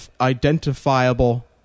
identifiable